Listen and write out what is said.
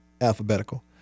alphabetical